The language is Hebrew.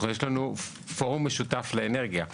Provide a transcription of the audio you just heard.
ויש לנו פורום משותף לאנרגיה,